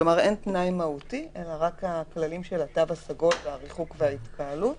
כלומר אין תנאי מהותי אלא רק הכללים של התו הסגול והריחוק וההתקהלות